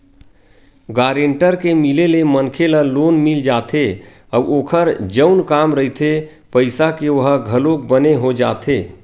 guarantor के मिले ले मनखे ल लोन मिल जाथे अउ ओखर जउन काम रहिथे पइसा के ओहा घलोक बने हो जाथे